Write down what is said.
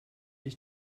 ich